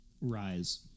rise